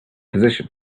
position